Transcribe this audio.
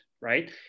Right